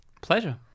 Pleasure